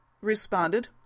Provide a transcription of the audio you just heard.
responded